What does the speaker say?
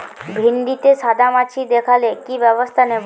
ভিন্ডিতে সাদা মাছি দেখালে কি ব্যবস্থা নেবো?